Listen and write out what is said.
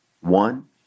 One